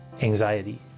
anxiety